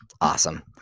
awesome